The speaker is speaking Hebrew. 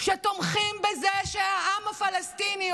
שתומכים בזה שהעם הפלסטיני,